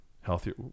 healthier